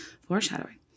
Foreshadowing